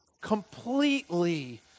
Completely